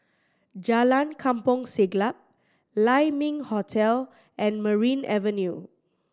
Jalan Kampong Siglap Lai Ming Hotel and Merryn Avenue